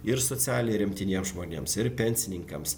ir socialiai remtiniems žmonėms ir pensininkams